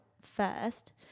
first